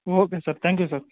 okay sir thank you sir